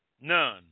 None